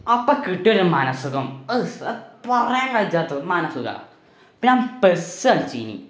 അപ്പം കിട്ടിയ മനഃസുഖം അഹ്അതു പറയാൻ കഴിയാത്തത് മനഃസുഖാ ഞാൻ പേസ് അടിച്ചീനി